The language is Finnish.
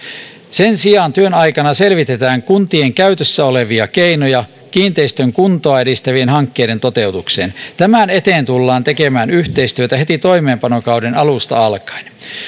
sen sijaan työn aikana selvitetään kuntien käytössä olevia keinoja kiinteistön kuntoa edistävien hankkeiden toteutukseen tämän eteen tullaan tekemään yhteistyötä heti toimeenpanokauden alusta alkaen